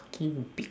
~ing big